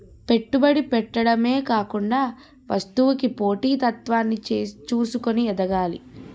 పెట్టుబడి పెట్టడమే కాకుండా వస్తువుకి పోటీ తత్వాన్ని చూసుకొని ఎదగాలి